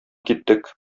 киттек